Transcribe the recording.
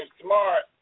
smart